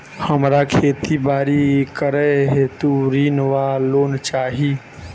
हमरा खेती बाड़ी करै हेतु ऋण वा लोन चाहि?